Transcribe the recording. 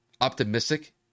optimistic